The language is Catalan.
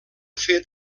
fet